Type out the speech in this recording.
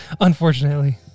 unfortunately